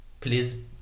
please